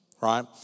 right